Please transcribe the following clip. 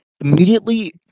immediately